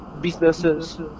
businesses